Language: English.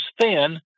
thin